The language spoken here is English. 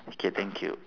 okay thank you